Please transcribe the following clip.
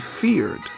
feared